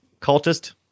cultist